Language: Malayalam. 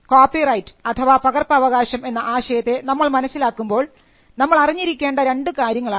കോപ്പിറൈറ്റ് അഥവാ പകർപ്പവകാശം എന്ന ആശയത്തെ നമ്മൾ മനസ്സിലാക്കുമ്പോൾ നമ്മൾ അറിഞ്ഞിരിക്കേണ്ട രണ്ടുകാര്യങ്ങളാണ്